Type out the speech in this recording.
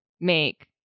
make